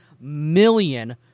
million